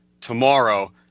tomorrow